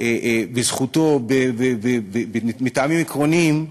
בזכותו מטעמים עקרוניים,